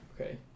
Okay